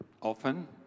often